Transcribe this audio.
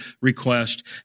request